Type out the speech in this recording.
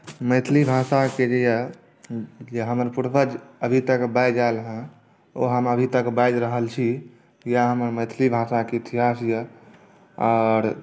मैथिली भाषाके जे येजे हमर पूर्वज अभी तक बाजि आयल हेँ ओ हम अभी तक बाजि रहल छी इएह हमर मैथिली भाषाके इतिहास यए आर